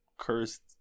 Cursed